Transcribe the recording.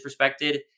disrespected